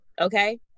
okay